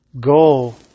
go